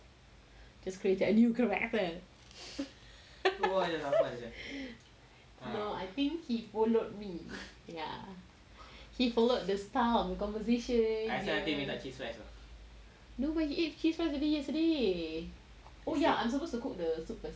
just created a new character no I think he followed me ya he followed the style of conversation no but you ate cheese fries already yesterday oh ya I'm supposed to cook the soup first